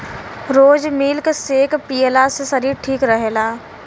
रोज milk shake पियला से शरीर ठीक रहेला